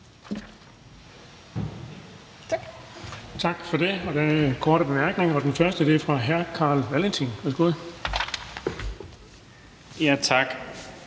Tak.